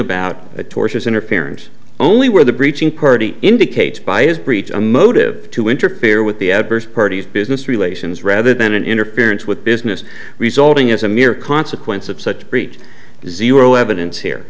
about a tortious interference only where the breaching party indicates by his breach a motive to interfere with the adverse parties business relations rather than an interference with business resulting is a mere consequence of such breach zero evidence here